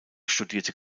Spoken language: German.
studierte